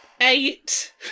Eight